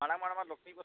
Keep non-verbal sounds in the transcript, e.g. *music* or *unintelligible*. ᱢᱟᱲᱟᱝ ᱢᱟᱲᱟᱝᱢᱟ *unintelligible*